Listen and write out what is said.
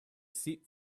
seat